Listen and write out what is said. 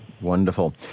Wonderful